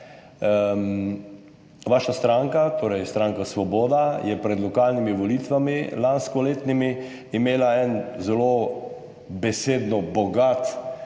Vaša stranka, torej stranka Svoboda je pred lanskoletnimi lokalnimi volitvami imela en zelo besedno bogat